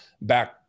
back